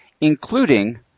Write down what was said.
including